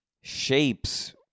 shapes